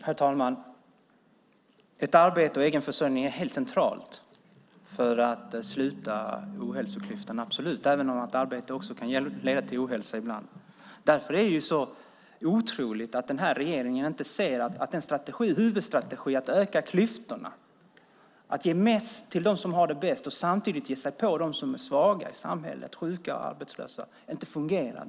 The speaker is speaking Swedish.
Herr talman! Ett arbete och egen försörjning är absolut helt centralt för att sluta hälsoklyftan, även om arbete också kan leda till ohälsa ibland. Därför är det så otroligt att den här regeringen inte ser att den huvudstrategi att öka klyftorna, det vill säga att ge mest till dem som har det bäst och samtidigt ge sig på dem som är svaga i samhället, alltså sjuka och arbetslösa, inte fungerade.